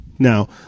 Now